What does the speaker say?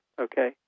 okay